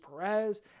Perez